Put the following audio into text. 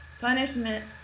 punishment